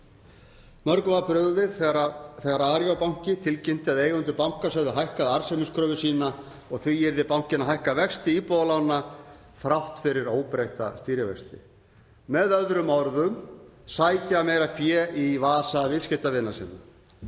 Mörgum var brugðið þegar Arion banki tilkynnti að eigendur bankans hefðu hækkað arðsemiskröfu sína og því yrði bankinn að hækka vexti íbúðalána þrátt fyrir óbreytta stýrivexti. Með öðrum orðum: Sækja meira fé í vasa viðskiptavina sinna.